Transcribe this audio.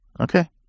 okay